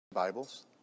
Bibles